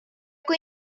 kui